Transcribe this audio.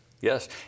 Yes